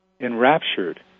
enraptured